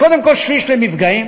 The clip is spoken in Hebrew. אז קודם כול שליש למפגעים,